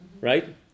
Right